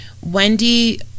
Wendy